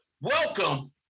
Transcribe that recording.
welcome